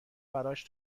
برایش